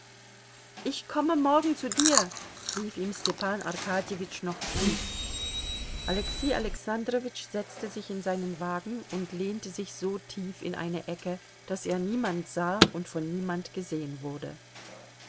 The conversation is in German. ich komme morgen zu dir rief ihm stepan arkadjewitsch noch zu alexei alexandrowitsch setzte sich in seinen wagen und lehnte sich so tief in eine ecke daß er niemand sah und von niemand gesehen wurde